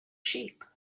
sheep